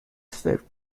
swift